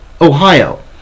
ohio